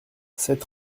sept